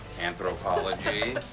anthropology